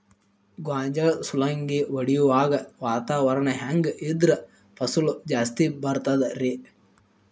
ಗೋಂಜಾಳ ಸುಲಂಗಿ ಹೊಡೆಯುವಾಗ ವಾತಾವರಣ ಹೆಂಗ್ ಇದ್ದರ ಫಸಲು ಜಾಸ್ತಿ ಬರತದ ರಿ?